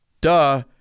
duh